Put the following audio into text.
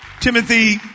Timothy